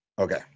Okay